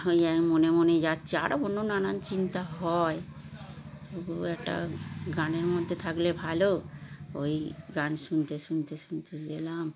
ওই আমি মনে মনে যাচ্ছি আরও অন্য নানান চিন্তা হয় তবু একটা গানের মধ্যে থাকলে ভালো ওই গান শুনতে শুনতে শুনতে গেলাম